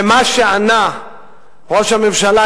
ומה שענה ראש הממשלה,